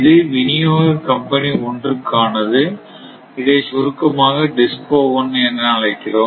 இது விநியோக கம்பெனி ஒன்று கானது இதை சுருக்கமாக நாம் DISCO 1 என அழைக்கிறோம்